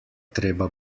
treba